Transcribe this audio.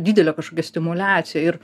didelė kažkokia stimuliacija ir